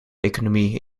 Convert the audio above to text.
economie